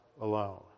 alone